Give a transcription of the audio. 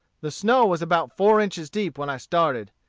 the snow was about four inches deep when i started.